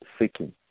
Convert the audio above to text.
seeking